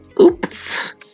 Oops